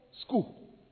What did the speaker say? school